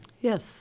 Yes